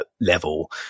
level